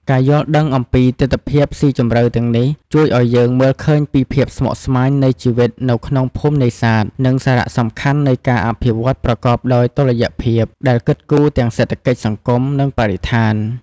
ការយល់ដឹងអំពីទិដ្ឋភាពស៊ីជម្រៅទាំងនេះ ជួយឱ្យយើងមើលឃើញពីភាពស្មុគស្មាញនៃជីវិតនៅក្នុងភូមិនេសាទ និងសារៈសំខាន់នៃការអភិវឌ្ឍន៍ប្រកបដោយតុល្យភាព ដែលគិតគូរទាំងសេដ្ឋកិច្ច សង្គម និងបរិស្ថាន។